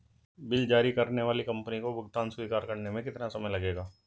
Bill जारी करने वाली कंपनी को भुगतान स्वीकार करने में कितना समय लगेगा?